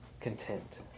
content